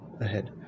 ahead